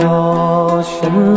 ocean